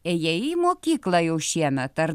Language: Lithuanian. ėjai į mokyklą jau šiemet ar